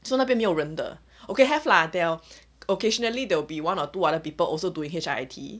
so 那边没有人的 okay have lah are occasionally there'll be one or two other people also doing H_I_I_T